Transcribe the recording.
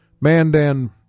Mandan